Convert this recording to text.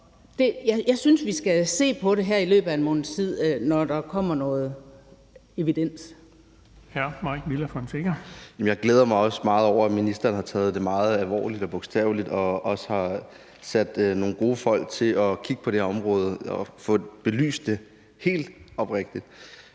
Hr. Mike Villa Fonseca. Kl. 10:31 Mike Villa Fonseca (UFG): Jeg glæder mig også meget over, at ministeren har taget det meget alvorligt og bogstaveligt og også har sat nogle gode folk til at kigge på det her område og få det belyst, helt oprigtigt.